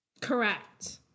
correct